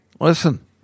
listen